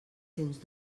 sens